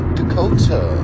Dakota